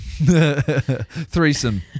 threesome